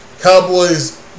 Cowboys